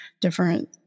different